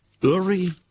Uri